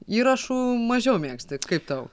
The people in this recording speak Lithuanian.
įrašų mažiau mėgsti kaip tau